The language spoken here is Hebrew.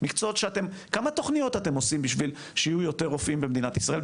מקצועות שכמה תכניות אתם עושים כדי שיהיו יותר רופאים במדינת ישראל?